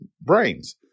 brains